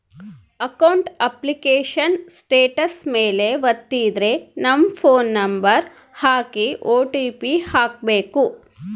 account application status ಮೇಲೆ ವತ್ತಿದ್ರೆ ನಮ್ ಫೋನ್ ನಂಬರ್ ಹಾಕಿ ಓ.ಟಿ.ಪಿ ಹಾಕ್ಬೆಕು